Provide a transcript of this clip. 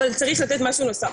אבל צריך לתת משהו נוסף.